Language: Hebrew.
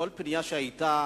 כל פנייה שהיתה,